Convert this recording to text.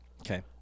okay